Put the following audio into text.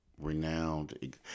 renowned